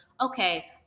okay